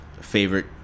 favorite